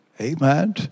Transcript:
Amen